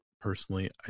personally